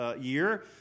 year